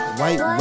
white